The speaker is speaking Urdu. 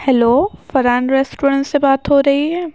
ہیلو فرحان ریسٹورنٹ سے بات ہو رہی ہے